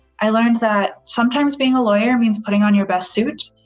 i learned that sometimes being a lawyer means putting on your best suit,